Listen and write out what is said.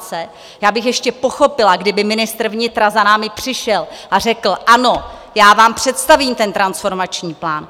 Já bych ještě pochopila, kdyby ministr vnitra za námi přišel a řekl: Ano, já vám představím ten transformační plán.